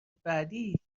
بعدی